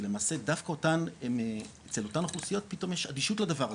ולמעשה דווקא אצל אותן אוכלוסיות פתאום יש אדישות לדבר הזה,